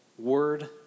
Word